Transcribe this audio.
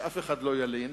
שאף אחד לא ילין